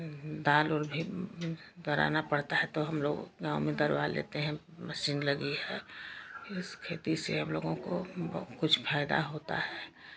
दाल ओल भी दर्राना पड़ता है तो हम लोग गाँव में दरवा लेते हैं मशीन लगी है इस खेती से हम लोगों को बहुत कुछ फायदा होता है